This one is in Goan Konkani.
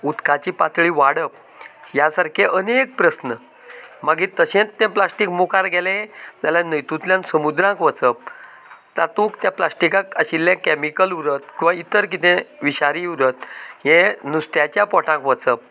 उदकाची पतळी वाडप ह्या सारकें अनेक प्रस्न मागीर तशेंच ते प्लास्टीक मुखार गेलें जाल्यार हेतूंतल्यान समुद्रांत वचप तातूंत त्या प्लास्टीकांत आशिल्लें केमिकल उरत किंवां इतर कितें विशारी उरत हे नुस्त्याच्या पोटांत वचप